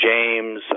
James